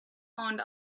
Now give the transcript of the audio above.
owned